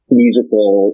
musical